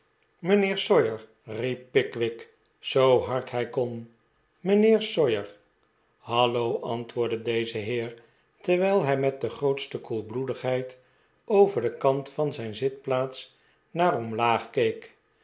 sawyer riep pickwick zoo hard hij kon mijnheer sawyer hallo antwoordde deze heer terwijl hij met de grootste koelbloedigheid over den kant van zijn zitplaats naar omlaag keek